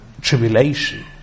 tribulation